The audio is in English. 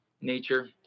nature